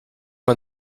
man